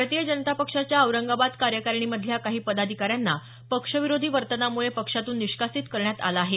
भारतीय जनता पक्षाच्या औरंगाबाद कार्यकारणीमधल्या काही पदाधिकाऱ्यांना पक्ष विरोधी वर्तनामुळे पक्षातून निष्कासित करण्यात आलं आहे